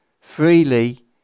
freely